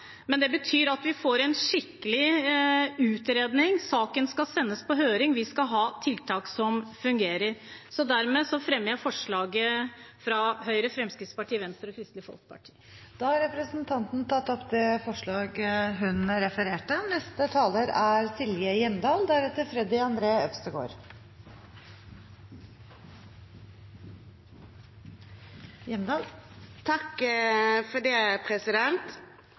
men det betyr at vi får en skikkelig utredning. Saken skal sendes på høring, vi skal ha tiltak som fungerer. Dermed fremmer jeg forslaget fra Høyre, Fremskrittspartiet, Venstre og Kristelig Folkeparti. Representanten Kristin Ørmen Johnsen har tatt opp det forslaget hun refererte til. Jeg må si at jeg er